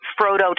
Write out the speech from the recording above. Frodo